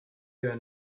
your